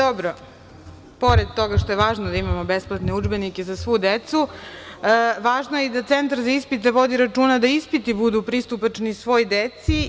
Dobro, pored toga što je važno da imamo besplatne udžbenike za svu decu, važno je i da Centar za ispite vodi računa da ispiti budu pristupačni svoj deci.